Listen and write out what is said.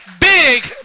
Big